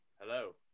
Hello